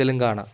Telangana